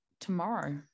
tomorrow